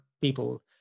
people